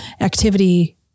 activity